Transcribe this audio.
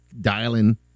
dialing